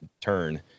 turn